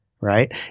right